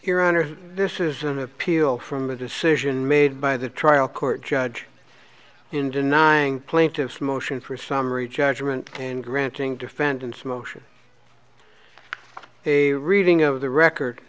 your honor this is an appeal from a decision made by the trial court judge in denying plaintiff's motion for summary judgment and granting defendants motion a reading of the record